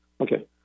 okay